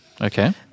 Okay